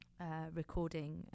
recording